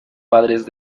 padres